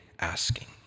asking